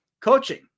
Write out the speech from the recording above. coaching